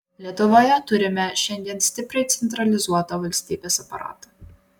lietuvoje turime šiandien stipriai centralizuotą valstybės aparatą